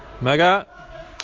Mega